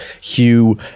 Hugh